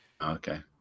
Okay